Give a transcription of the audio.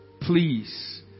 Please